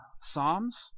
Psalms